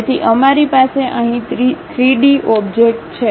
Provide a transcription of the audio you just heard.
તેથી અમારી પાસે અહીં 3d ઓબ્જેક્ટ છે